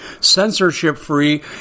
censorship-free